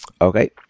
Okay